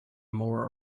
more